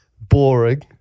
boring